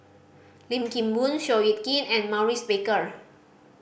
Lim Kim Boon Seow Yit Kin and Maurice Baker